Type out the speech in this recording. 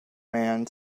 man